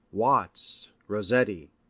watts, rossetti,